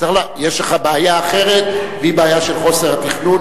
יש לך בעיה אחרת והיא בעיה של חוסר התכנון,